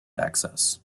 access